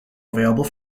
available